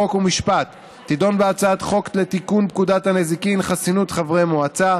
חוקה ומשפט תדון בהצעת חוק לתיקון פקודת הנזיקין (חסינות חברי מועצה),